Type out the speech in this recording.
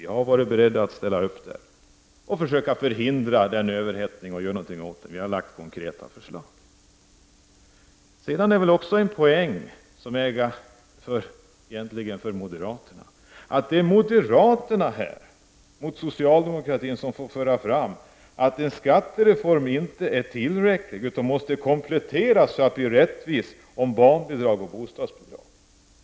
Vi har varit beredda att ställa upp, försöka förhindra överhettningen och göra något åt den. Vi har lagt fram konkreta förslag. Det är väl egentligen en poäng för moderaterna att det är de som får föra fram till socialdemokraterna att en skattereform inte är tillräcklig utan måste kompletteras så att den blir rättvis med barnbidrag och bostadsbidrag.